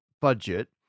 budget